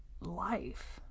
life